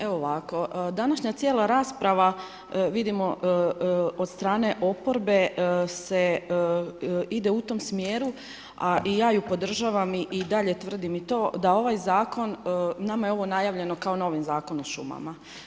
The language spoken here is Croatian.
Evo ovako, današnja cijela rasprava vidimo od strane oporbe ide u tom smjeru a i ja ju podržavam, i dalje tvrdim i to da ovaj zakon, nama je ovo najavljeno kao novi Zakon o šumama.